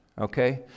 okay